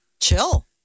Chill